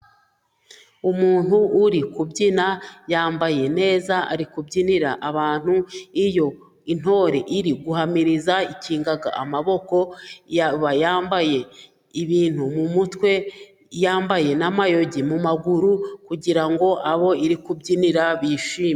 Umuntu uri kubyina yambaye neza ari kubyinira abantu, iyo intore iri guhamiriza ikinga amaboko, iba yambaye ibintu mumutwe, yambaye n'amayugi mu maguru, kugira ngo abo iri kubyinira bishime.